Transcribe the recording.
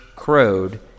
Crowed